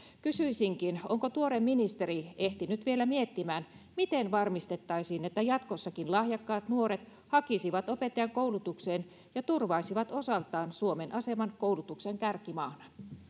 kysyisinkin onko tuore ministeri ehtinyt vielä miettimään miten varmistettaisiin että jatkossakin lahjakkaat nuoret hakisivat opettajankoulutukseen ja turvaisivat osaltaan suomen aseman koulutuksen kärkimaana